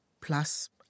Plus